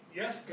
yes